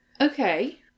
Okay